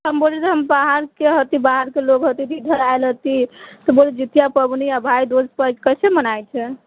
हम बोलली हम बाहरके हती बाहरके लोक हती इधर आयल हती तऽ बोलय जितिया पाबनि आ भाय दूज कैसे मनाय छै